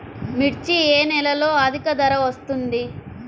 మిర్చి ఏ నెలలో అధిక ధర వస్తుంది?